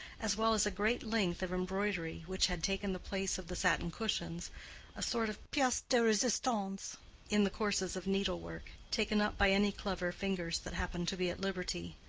as well as a great length of embroidery which had taken the place of the satin cushions a sort of piece de resistance in the courses of needlework, taken up by any clever fingers that happened to be at liberty.